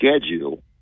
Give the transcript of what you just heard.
schedule